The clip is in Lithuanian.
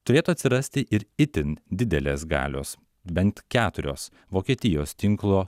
turėtų atsirasti ir itin didelės galios bent keturios vokietijos tinklo